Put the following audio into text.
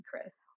Chris